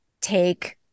take